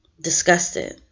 disgusted